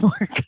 work